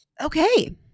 Okay